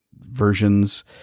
versions